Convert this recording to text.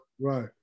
Right